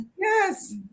Yes